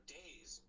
days